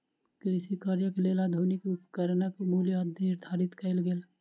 कृषि कार्यक लेल आधुनिक उपकरणक मूल्य निर्धारित कयल गेल